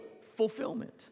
fulfillment